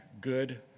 good